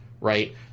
Right